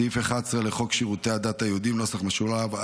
סעיף 11 לחוק שירותי הדת היהודיים (נוסח משולב),